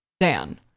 Dan